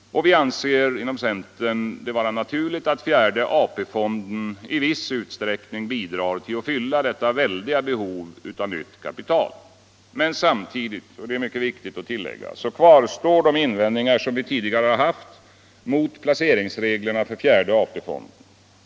Inom centern anser vi det vara naturligt att fjärde AP-fonden i viss utsträckning bidrar till att fylla detta väldiga behov av nytt kapital. Men samtidigt — och det är mycket viktigt att tillägga — kvarstår de invändningar som vi tidigare har haft mot placeringsreglerna för fjärde AP-fonden.